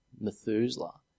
Methuselah